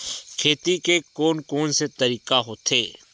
खेती के कोन कोन से तरीका होथे?